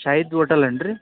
Syed hotel ಏನು ರೀ